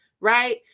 right